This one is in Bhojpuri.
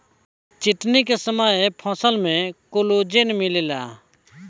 चिटिन के फसल में कोलेजन मिलेला